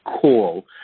call